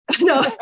No